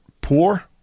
poor